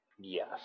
Yes